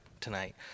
tonight